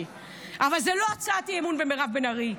אבל זה לא הצעת אי-אמון במירב בן ארי,